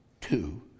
two